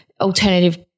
alternative